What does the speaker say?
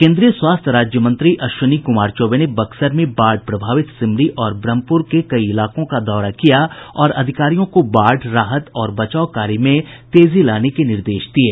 केन्द्रीय स्वास्थ्य राज्य मंत्री अश्विनी कुमार चौबे ने बक्सर में बाढ़ प्रभावित सिमरी और ब्रह्मपुर के कई इलाकों का दौरा किया और अधिकारियों को बाढ़ राहत और बचाव कार्य में तेजी लाने के निर्देश दिये